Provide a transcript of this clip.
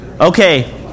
Okay